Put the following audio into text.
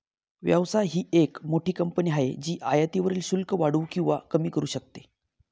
व्यवसाय ही एक मोठी कंपनी आहे जी आयातीवरील शुल्क वाढवू किंवा कमी करू शकते